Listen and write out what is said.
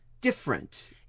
different